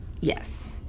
Yes